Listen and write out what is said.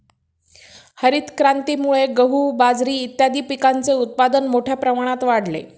हरितक्रांतीमुळे गहू, बाजरी इत्यादीं पिकांचे उत्पादन मोठ्या प्रमाणात वाढले